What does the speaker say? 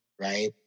right